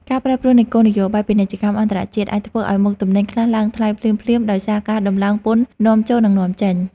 ការប្រែប្រួលនៃគោលនយោបាយពាណិជ្ជកម្មអន្តរជាតិអាចធ្វើឱ្យមុខទំនិញខ្លះឡើងថ្លៃភ្លាមៗដោយសារការដំឡើងពន្ធនាំចូលនិងនាំចេញ។